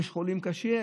יש חולים קשים,